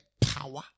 power